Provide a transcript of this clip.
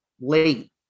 late